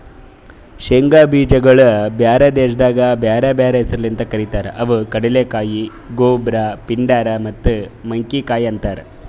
ಶೇಂಗಾ ಬೀಜಗೊಳ್ ಬ್ಯಾರೆ ದೇಶದಾಗ್ ಬ್ಯಾರೆ ಬ್ಯಾರೆ ಹೆಸರ್ಲಿಂತ್ ಕರಿತಾರ್ ಅವು ಕಡಲೆಕಾಯಿ, ಗೊಬ್ರ, ಪಿಂಡಾರ್ ಮತ್ತ ಮಂಕಿಕಾಯಿ